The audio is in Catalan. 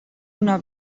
una